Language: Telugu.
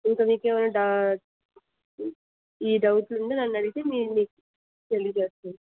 ఇంక మీకు ఏమైనా డా ఈ డౌట్లు ఉంటే నన్ను అడిగితే నేను మీకు తెలియచేస్తాను